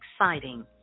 exciting